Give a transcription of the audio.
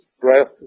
breath